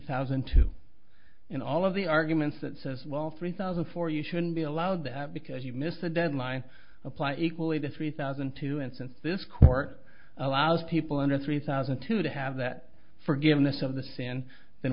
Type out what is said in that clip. thousand two in all of the arguments that says well three thousand four you shouldn't be allowed that because you missed the deadline apply equally to three thousand two and since this court allows people under three thousand two to have that forgiveness of the sin then